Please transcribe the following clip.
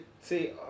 see